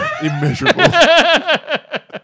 immeasurable